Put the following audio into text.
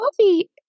Coffee